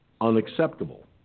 unacceptable